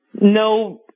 No